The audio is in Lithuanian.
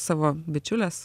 savo bičiulės